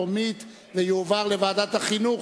מוקדם בוועדת החינוך,